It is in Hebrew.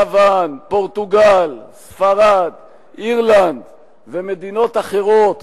יוון, פורטוגל, ספרד, אירלנד ומדינות אחרות